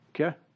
Okay